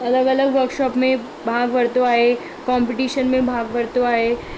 अलॻि अलॻि वर्कशॉप में भाग वरितो आहे कॉम्पटिशन में भाग वरितो आहे